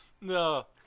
no